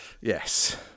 Yes